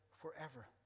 forever